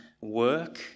work